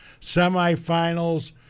Semifinals